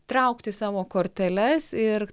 traukti savo korteles ir